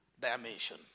dimension